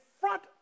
front